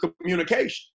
communication